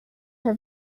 her